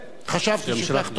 חשבתי שכך תאמר.